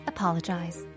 Apologize